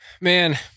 Man